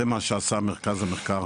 זה מה שעשה מרכז המחקר